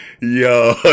yo